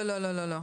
לא, לא, לא.